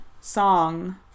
song